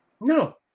No